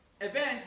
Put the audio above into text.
event